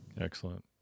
Excellent